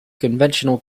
conventional